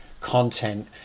content